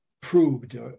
proved